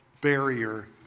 barrier